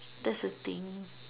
that's the thing